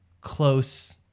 close